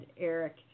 Eric